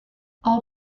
all